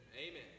Amen